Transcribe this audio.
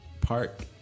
park